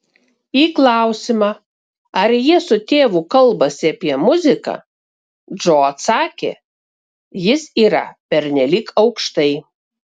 į klausimą ar jie su tėvu kalbasi apie muziką džo atsakė jis yra pernelyg aukštai